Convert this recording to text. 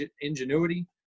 ingenuity